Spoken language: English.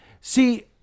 See